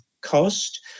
cost